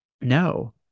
no